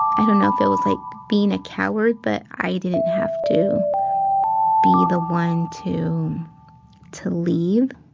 i don't know if it was like being a coward, but i didn't have to be the one to to leave